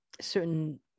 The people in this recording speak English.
certain